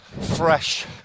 fresh